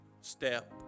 step